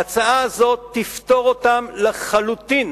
ההצעה הזאת תפטור אותם לחלוטין